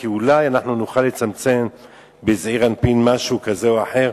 כי אולי נוכל לצמצם בזעיר אנפין משהו כזה או אחר,